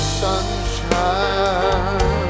sunshine